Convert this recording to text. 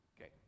Okay